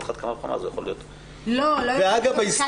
אז על אחת כמה וכמה זה יכול להיות --- אדוני היושב-ראש,